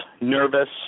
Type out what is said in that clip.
nervous